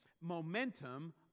momentum